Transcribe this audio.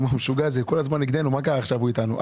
אומרים: משוגע כל הזמן נגדנו מה קרה עכשיו הוא אתנו?